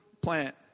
plant